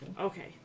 Okay